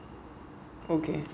okay